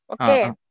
Okay